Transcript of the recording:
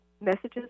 Messages